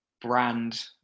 brand